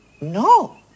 No